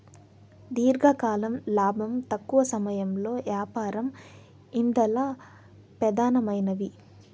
దీర్ఘకాలం లాబం, తక్కవ సమయంలో యాపారం ఇందల పెదానమైనవి